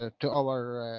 to our.